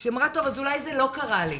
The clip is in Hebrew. שהיא אמרה "טוב אז אולי זה לא קרה לי"